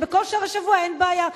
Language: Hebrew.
כשבכל שאר ימי השבוע אין בעיה.